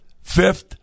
fifth